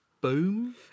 Boom